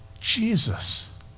jesus